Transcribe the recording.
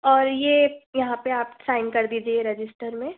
और ये यहाँ पे आप साइन कर दीजिए रजिस्टर में